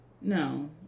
No